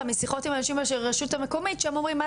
משיחות עם אנשים מהרשות המקומית שהם אומרים,